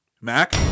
Mac